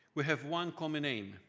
we have one common aim,